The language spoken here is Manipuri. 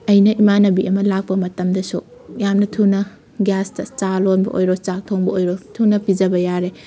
ꯑꯩꯅ ꯏꯃꯥꯟꯅꯕꯤ ꯑꯃ ꯂꯥꯛꯄ ꯃꯇꯝꯗꯁꯨ ꯌꯥꯝꯅ ꯊꯨꯅ ꯒ꯭ꯌꯥꯁꯇ ꯆꯥ ꯂꯣꯟꯕ ꯑꯣꯏꯔꯣ ꯆꯥꯛ ꯊꯣꯡꯕ ꯑꯣꯏꯔꯣ ꯊꯨꯅ ꯄꯤꯖꯕ ꯌꯥꯔꯦ